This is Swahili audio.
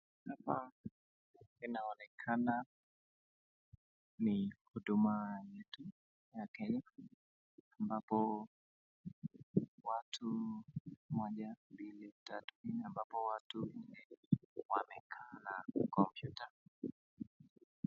Hapa inaoekana ni huduma yetu ya Kenya ambapo watu moja, mbili, tau, nne ambapo watu wamekaa na kompyuta.